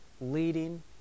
leading